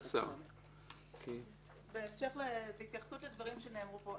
נקודות: בהמשך להתייחסות לדברים שנאמרו פה,